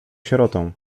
sierotą